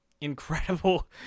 incredible